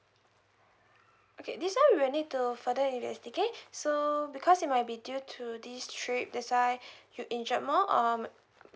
okay this [one] we'll need to further investigate so because it might be due to this trip that's why you injured more um